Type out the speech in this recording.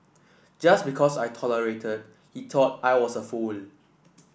just because I tolerated he thought I was a fool